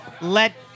let